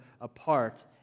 apart